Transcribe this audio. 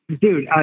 Dude